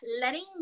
letting